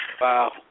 Wow